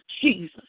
Jesus